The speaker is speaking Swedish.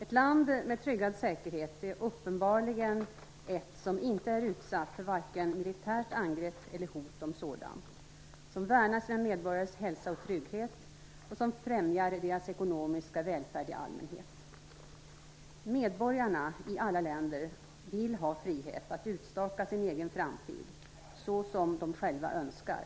Ett land med tryggad säkerhet är uppenbarligen ett som inte är utsatt för vare sig militärt angrepp eller hot om sådant, som värnar sina medborgares hälsa och trygghet och som främjar deras ekonomiska välfärd i allmänhet. Medborgarna i alla länder vill ha frihet att utstaka sin egen framtid såsom de själva önskar.